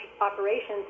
operations